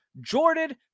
Jordan